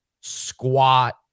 squat